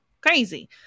crazy